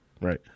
right